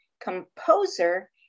composer